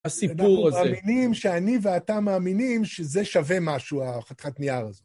הסיפור הזה. ואנחנו מאמינים, שאני ואתה מאמינים שזה שווה משהו, החתכת נייר הזו.